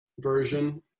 version